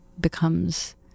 becomes